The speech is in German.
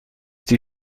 die